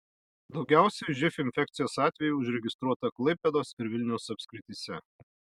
daugiausiai živ infekcijos atvejų užregistruota klaipėdos ir vilniaus apskrityse